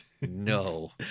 No